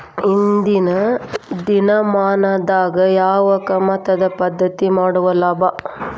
ಇಂದಿನ ದಿನಮಾನದಾಗ ಯಾವ ಕಮತದ ಪದ್ಧತಿ ಮಾಡುದ ಲಾಭ?